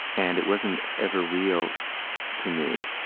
and it wasn't ever real to me.